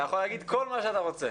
אתה יכול להגיד כל מה שאתה רוצה.